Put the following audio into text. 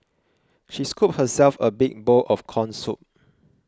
she scooped herself a big bowl of Corn Soup